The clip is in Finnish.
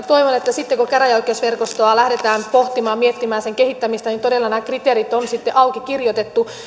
toivon että sitten kun käräjäoikeusverkostoa lähdetään pohtimaan miettimään sen kehittämistä niin todella nämä kriteerit on sitten auki kirjoitettu